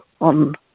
on